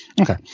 Okay